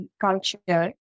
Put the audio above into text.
culture